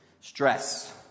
stress